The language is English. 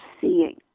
seeing